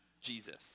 Jesus